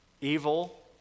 evil